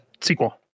sequel